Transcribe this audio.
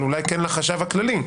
אבל אולי כן לחשב הכללי: